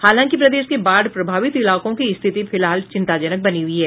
हालांकि प्रदेश के बाढ़ प्रभावितों इलाकों की स्थिति फिलहाल चिंताजनक बनी हुयी है